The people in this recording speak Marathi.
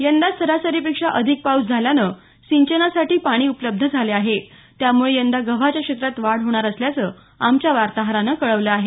यंदा सरासरीपेक्षा अधिक पाऊस झाल्यानं सिंचनासाठी पाणी उपलब्ध झाले आहे त्यामुळे यंदा गव्हाच्या क्षेत्रात वाढ होणार असल्याचं आमच्या वार्ताहरानं कळवलं आहे